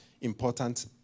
important